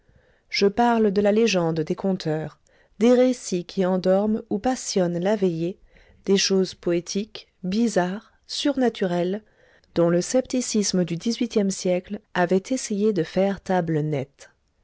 je parle de la légende des conteurs des récits qui endorment ou passionnent la veillée des choses poétiques bizarres surnaturelles dont le scepticisme du dix-huitième siècle avait essayé de faire table nette